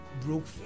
broke